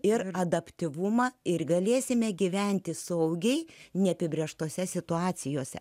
ir adaptyvumą ir galėsime gyventi saugiai neapibrėžtose situacijose